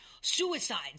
Suicides